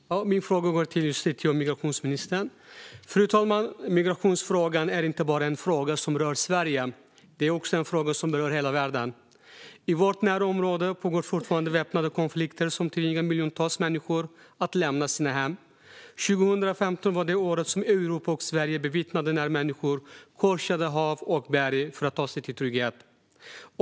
Fru talman! Min fråga går till justitie och migrationsministern. Migrationsfrågan, fru talman, är inte en fråga som rör bara Sverige utan en fråga som rör hela världen. I vårt närområde pågår fortfarande väpnade konflikter som tvingar miljontals människor att lämna sina hem. År 2015 var det år då Europa och Sverige bevittnade hur människor korsade hav och berg för att ta sig till tryggheten.